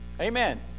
Amen